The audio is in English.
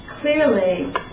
clearly